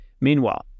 Meanwhile